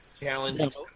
Challenge